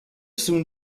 soon